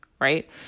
right